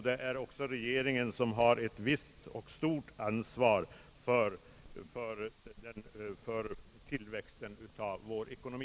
Det är också regeringen som har ett visst och stort ansvar för tillväxten av vår ekonomi.